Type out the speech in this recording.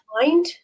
mind